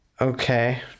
Okay